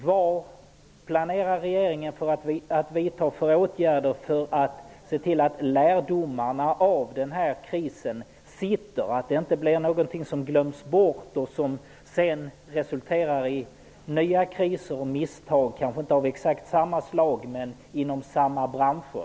Vad planerar regeringen för åtgärder för att se till att lärdomarna av denna kris sitter fast, att det inte blir någonting som glöms bort och som sedan resulterar i nya kriser och misstag, kanske inte exakt av samma slag men inom samma branscher.